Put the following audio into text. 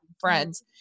friends